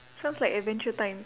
sounds like adventure time